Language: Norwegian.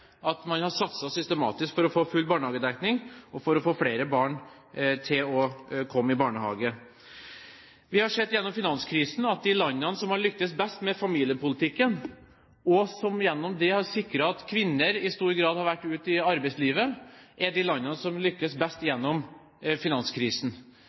at man har satset systematisk for å få full barnehagedekning og for å få flere barn til å komme i barnehage. Vi har sett at de landene som har lyktes best med familiepolitikken, og som gjennom det har sikret at kvinner i stor grad har vært ute i arbeidslivet, er de landene som kom best